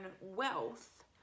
wealth